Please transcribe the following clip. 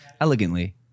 elegantly